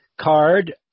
card